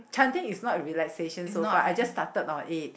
chanting is not realisation so far I just started on it